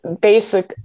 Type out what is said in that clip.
Basic